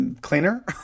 cleaner